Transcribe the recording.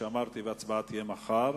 יהיו מחר.